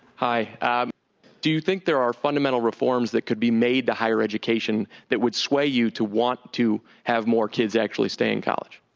do you think there are fundamental reforms that could be made to higher education that would sway you to want to have more kids actually stay in college?